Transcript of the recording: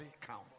count